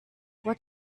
what